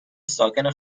ساکن